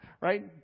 right